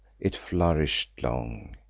it flourish'd long,